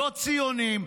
לא ציונים,